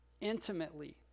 intimately